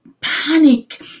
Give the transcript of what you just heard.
Panic